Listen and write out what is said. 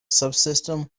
subsystem